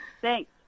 Thanks